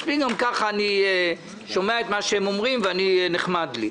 מספיק גם כך אני שומע את מה שהם אומרים ו"נחמד לי".